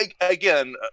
again